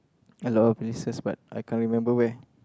a lot of places but I can't remember where